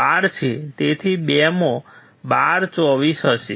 તેથી 2 માં 12 24 હશે